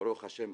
וברוך השם,